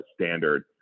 standard